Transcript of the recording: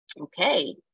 Okay